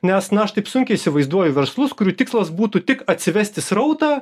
nes na aš taip sunkiai įsivaizduoju verslus kurių tikslas būtų tik atsivesti srautą